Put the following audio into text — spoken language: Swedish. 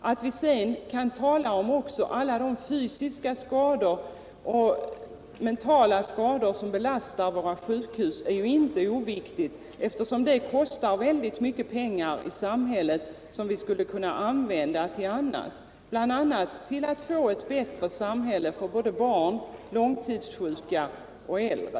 Att vi sedan också talar om alla de fysiska och mentala skador som belastar våra sjukhus är inte oviktigt eftersom de kostar väldigt mycket pengar som vi bl.a. skulle kunna använda till att få ett bättre samhälle för både barn, långtidssjuka och äldre.